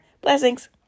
Blessings